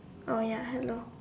oh ya hello